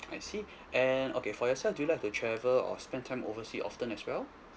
I see and okay for yourself do you like to travel or spend time oversea often as well